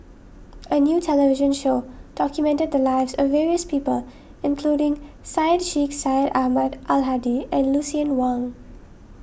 a new television show documented the lives of various people including Syed Sheikh Syed Ahmad Al Hadi and Lucien Wang